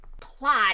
plot